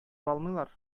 алмыйлар